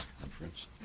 conference